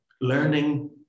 learning